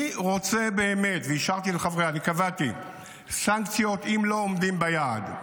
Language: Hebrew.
אני רוצה באמת, וקבעתי סנקציות אם לא עומדים ביעד.